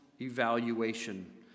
evaluation